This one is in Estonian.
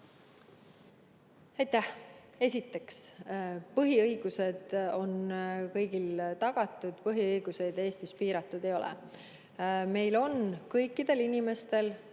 Aitäh! Esiteks, põhiõigused on kõigil tagatud, põhiõigused Eestis piiratud ei ole. Meil on kõikidel inimestel,